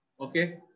Okay